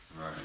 Right